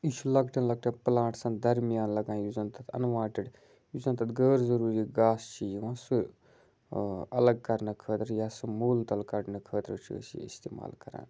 یہِ چھُ لۄکٹٮ۪ن لۄکٹٮ۪ن پٕلانٹسَن درمیان لَگان یُس زَن تَتھ اَنوانٹٕڈ یُس زَن تَتھ غٲر ضٔروٗری گاسہٕ چھِ یِوان سُہ الگ کَرنہٕ خٲطرٕ یا سُہ موٗلہٕ تَل کَڑنہٕ خٲطرٕ چھِ أسۍ یہِ استعمال کَران